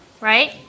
right